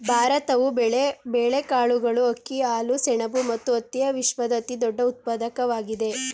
ಭಾರತವು ಬೇಳೆಕಾಳುಗಳು, ಅಕ್ಕಿ, ಹಾಲು, ಸೆಣಬು ಮತ್ತು ಹತ್ತಿಯ ವಿಶ್ವದ ಅತಿದೊಡ್ಡ ಉತ್ಪಾದಕವಾಗಿದೆ